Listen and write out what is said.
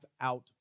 out